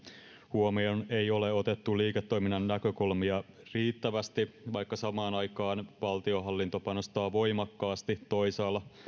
huomioon ei ole otettu liiketoiminnan näkökulmia riittävästi vaikka samaan aikaan valtionhallinto panostaa voimakkaasti toisaalla